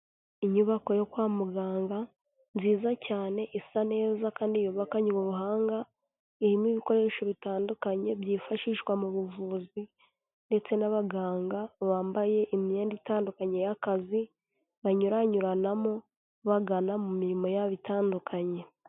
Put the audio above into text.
Inyubako yo kwa muganga, nziza cyane isa neza kandi yubakanye ubuhanga, irimo ibikoresho bitandukanye byifashishwa mu buvuzi ndetse n'abaganga bambaye imyenda itandukanye y'akazi, banyuranyuranamo bagana mu mirimo yabo itandukanye.